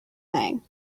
thing